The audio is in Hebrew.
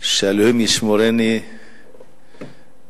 שאלוקים ישמרני ממחלה,